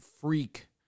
freak